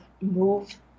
move